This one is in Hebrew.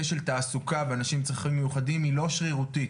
של תעסוקה לאנשים עם צרכים מיוחדים היא לא שרירותית.